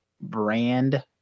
brand